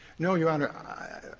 no, your honor. i